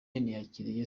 yakiriye